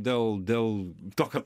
dėl dėl tokio